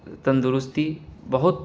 تندرستی بہت